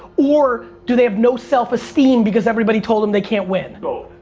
or do they have no self-esteem because everybody told them they can't win. both.